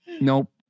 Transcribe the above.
Nope